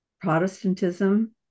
Protestantism